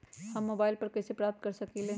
हम मोबाइल पर कईसे पता कर सकींले?